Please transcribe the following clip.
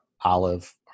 Olive